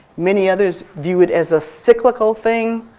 many others view it as a cyclical thing,